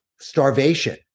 starvation